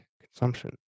consumption